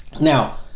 Now